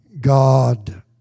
God